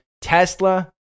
Tesla